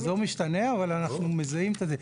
האזור משתנה, אבל אנחנו רואים את זה.